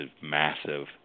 massive